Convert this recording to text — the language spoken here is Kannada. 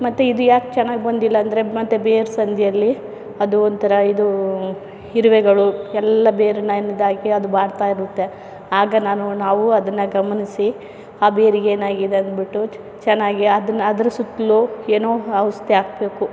ಮತ್ತು ಇದು ಯಾಕೆ ಚೆನ್ನಾಗಿ ಬಂದಿಲ್ಲ ಅಂದರೆ ಮತ್ತೆ ಬೇರೆ ಸಂದಿಯಲ್ಲಿ ಅದು ಒಂಥರಾ ಇರುವೆಗಳು ಎಲ್ಲ ಬೇರನ್ನು ಎನ್ನದಾಗಿ ಅದು ಬಾಡ್ತಯಿರುತ್ತೆ ಆಗ ನಾನು ನಾವು ಅದನ್ನು ಗಮನಿಸಿ ಆ ಬೇರಿಗೆ ಏನಾಗಿದೆ ಅಂದ್ಬಿಟ್ಟು ಚೆನ್ನಾಗಿ ಅದನ್ನು ಅದರ ಸುತ್ತಲೂ ಏನೋ ಔಷಧಿ ಹಾಕ್ಬೇಕು